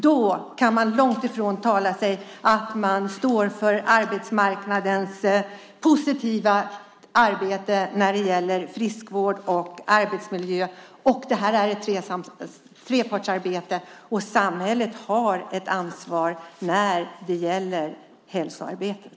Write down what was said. Då kan man långt ifrån säga att man står för arbetsmarknadens positiva arbete när det gäller friskvård och arbetsmiljö. Det här är ett trepartsarbete. Samhället har ansvar när det gäller hälsoarbetet.